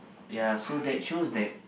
ya so that shows that